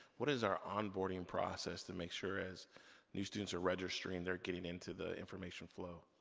what is our on-boarding process to make sure as new students are registering, they're getting into the information flow?